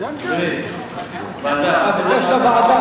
אוקיי, אז דיון במליאה?